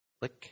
Click